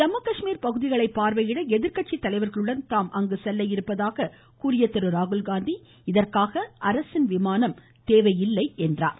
ஜம்மு காஷ்மீர் பகுதிகளை பார்வையிட எதிர்க்கட்சி தலைவர்களுடன் தாம் செல்ல இருப்பதாக கூறிய அவர் இதற்காக அரசின் விமானம் தேவையில்லை என்றும் கூறினார்